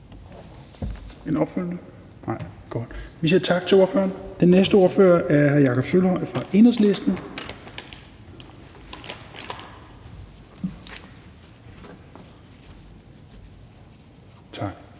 tak til ordføreren. Den næste ordfører er hr. Jakob Sølvhøj fra Enhedslisten.